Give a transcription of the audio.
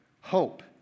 hope